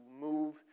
move